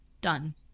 done